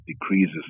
decreases